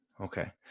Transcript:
Okay